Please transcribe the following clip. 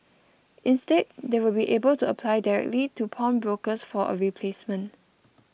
instead they will be able to apply directly to pawnbrokers for a replacement